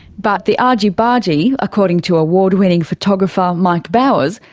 but the argy-bargy, according to award-winning photographer mike bowers,